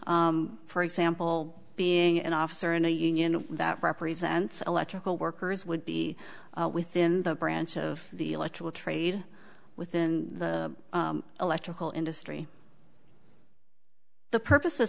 for example being an officer in a union that represents electrical workers would be within the branch of the electoral trade within the electrical industry the purpose